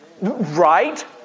Right